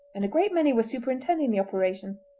and a great many were superintending the operation.